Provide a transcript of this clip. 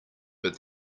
but